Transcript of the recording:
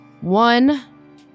One